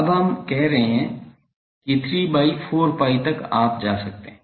अब हम कह रहे हैं कि 3 by 4 pi तक आप जा सकते हैं